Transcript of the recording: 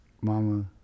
Mama